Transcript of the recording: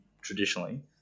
traditionally